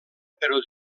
però